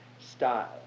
style